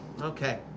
Okay